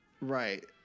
Right